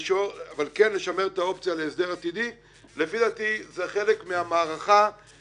זאת אומרת, האם זה סמכויות מקבילות?